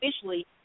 officially